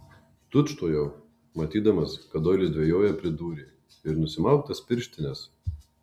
tučtuojau matydamas kad doilis dvejoja pridūrė ir nusimauk tas pirštines